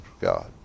God